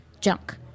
junk